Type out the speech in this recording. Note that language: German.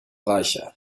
reicher